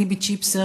ליבי צ'יפסר,